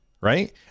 right